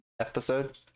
episode